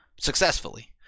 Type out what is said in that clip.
successfully